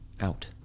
out